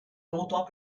longtemps